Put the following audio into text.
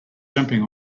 jumping